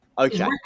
Okay